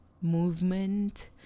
movement